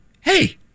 hey